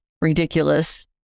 ridiculous